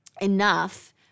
enough